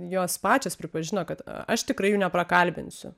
jos pačios pripažino kad aš tikrai jų neprakalbinsiu